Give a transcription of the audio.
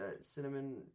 cinnamon